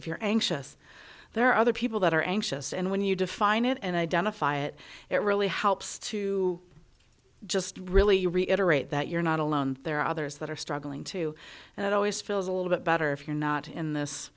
if you're anxious there are other people that are anxious and when you define it and identify it it really helps to just really reiterate that you're not alone there are others that are struggling too and it always feels a little bit better if you're not in this